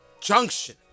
junction